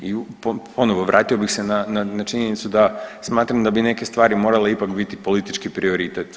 I ono vratio bih se na činjenicu da smatram da bi neke stvari morale ipak biti politički prioritet.